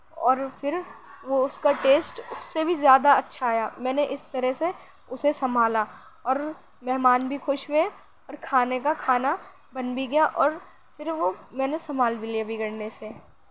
اور پھر وہ اس کا ٹیسٹ اس سے بھی زیادہ اچھا آیا میں نے اس طرح سے اسے سنبھالا اور مہمان بھی خوش ہوئے اور کھانے کا کھانا بن بھی گیا اور پھر وہ میں نے سنبھال بھی لیا بگڑنے سے